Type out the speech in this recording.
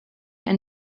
ein